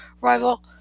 rival